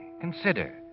Consider